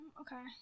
Okay